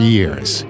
Years